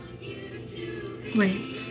Wait